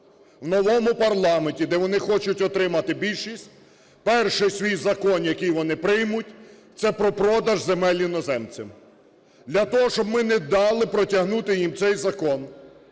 в новому парламенті, де вони хочуть отримати більшість, перший свій закон, який вони приймуть, – це про продаж земель іноземцям. Для того, щоб ми не дали протягнути їм цей закон,